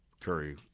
Curry